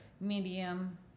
medium